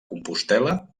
compostel·la